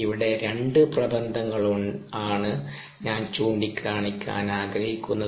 ഇവിടെ 2 പ്രബന്ധങ്ങൾ ആണ് ഞാൻ ചൂണ്ടിക്കാണിക്കാൻ ആഗ്രഹിക്കുന്നത്